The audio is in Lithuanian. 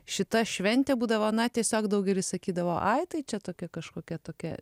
šita šventė būdavo na tiesiog daugelis sakydavo ai tai čia tokia kažkokia tokia